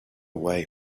way